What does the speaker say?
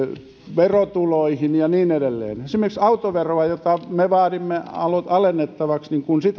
verotuloihin ja niin edelleen esimerkiksi kun autoveroa jota me vaadimme alennettavaksi